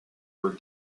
were